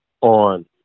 on